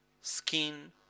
skin